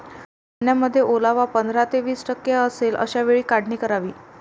धान्यामध्ये ओलावा पंधरा ते वीस टक्के असेल अशा वेळी काढणी करावी